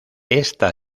esta